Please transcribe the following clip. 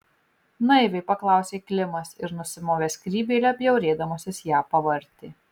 naiviai paklausė klimas ir nusimovęs skrybėlę bjaurėdamasis ją pavartė